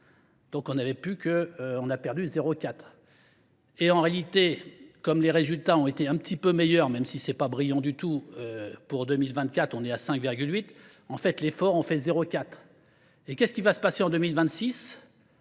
Donc on n'avait plus qu'on a perdu 0,4. Et en réalité, comme les résultats ont été un petit peu meilleurs, même si c'est pas brillant du tout, pour 2024 on est à 5,8. En fait, l'effort en fait 0,4. Et qu'est-ce qui va se passer en 2026 ?